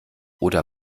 oder